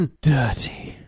Dirty